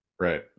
right